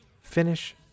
finish